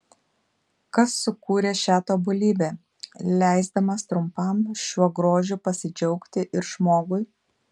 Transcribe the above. kas sukūrė šią tobulybę leisdamas trumpam šiuo grožiu pasidžiaugti ir žmogui